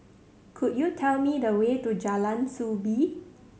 could you tell me the way to Jalan Soo Bee